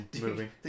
movie